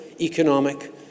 economic